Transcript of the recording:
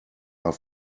are